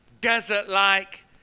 desert-like